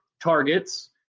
targets